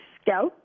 Scout